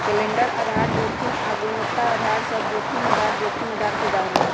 calendar आधार जोखिम आऽ गुणवत्ता अधार सभ जोखिम आधार जोखिम के उदाहरण हइ